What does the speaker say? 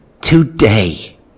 Today